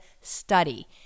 study